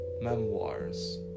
Memoirs